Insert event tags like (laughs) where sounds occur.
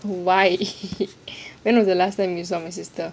why (laughs) when was the last time you saw my sister